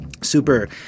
super